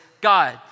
God